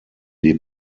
die